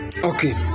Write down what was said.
Okay